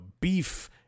beef